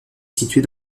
située